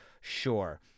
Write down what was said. sure